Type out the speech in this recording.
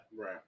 Right